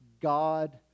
God